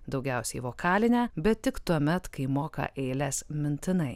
daugiausiai vokalinę bet tik tuomet kai moka eiles mintinai